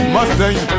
Mustang